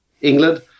England